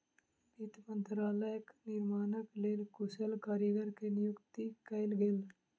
वित्त मंत्रालयक निर्माणक लेल कुशल कारीगर के नियुक्ति कयल गेल